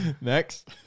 Next